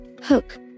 Hook